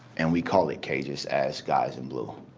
and we call it cages as guys in blue.